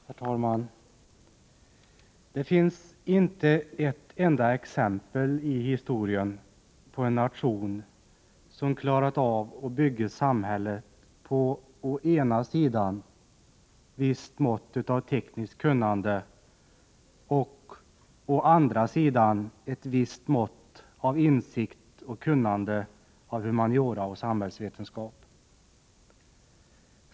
Herr talman! Det finns inte ett enda exempel i historien på en nation som klarat av att bygga samhället på å ena sidan ett visst mått av tekniskt kunnande och å andra sidan ett visst mått av insikt och kunnande inom humaniora och samhällsvetenskap.